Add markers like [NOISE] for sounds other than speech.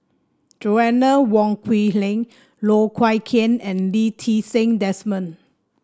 Joanna Wong Quee [UNINTELLIGIBLE] Loh Wai Kiew and Lee Ti Seng Desmond